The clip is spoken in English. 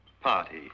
party